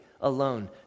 alone